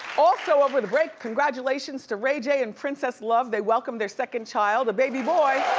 also over the break, congratulations to ray j and princess love. they welcomed their second child, a baby boy.